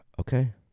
Okay